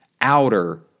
outer